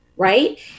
Right